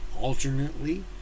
Alternately